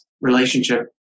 relationship